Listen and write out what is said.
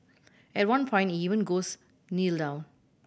at one point he even goes Kneel down